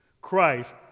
Christ